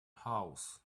house